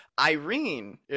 Irene